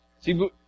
See